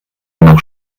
noch